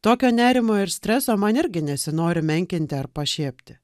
tokio nerimo ir streso man irgi nesinori menkinti ar pašiepti